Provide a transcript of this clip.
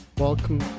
welcome